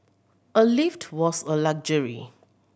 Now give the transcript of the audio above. a lift was a luxury